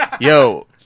yo